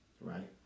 right